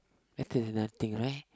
better that nothing right